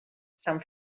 sant